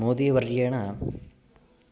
मोदीवर्येण